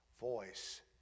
voice